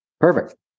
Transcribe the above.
Perfect